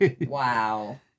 Wow